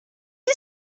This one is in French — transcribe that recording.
est